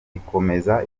ikomeza